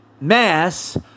Mass